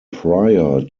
prior